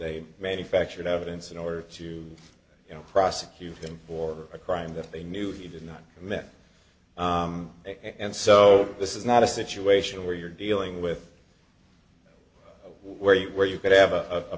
they manufactured evidence in order to prosecute him for a crime that they knew he did not commit and so this is not a situation where you're dealing with where you where you could have a